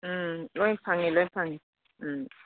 ꯎꯝ ꯂꯣꯏ ꯐꯪꯏ ꯂꯣꯏ ꯐꯪꯏ ꯎꯝ